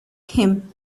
him